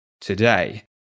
today